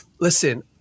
Listen